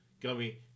Gummy